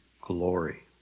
glory